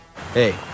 Hey